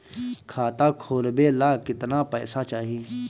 खाता खोलबे ला कितना पैसा चाही?